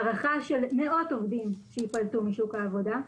הערכה של מאות עובדים שייפלטו משוק העבודה,